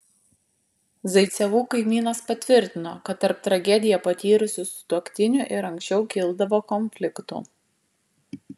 zaicevų kaimynas patvirtino kad tarp tragediją patyrusių sutuoktinių ir anksčiau kildavo konfliktų